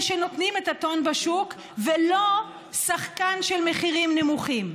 שנותנים את הטון בשוק ולא שחקן של מחירים נמוכים.